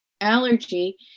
allergy